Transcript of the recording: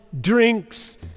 drinks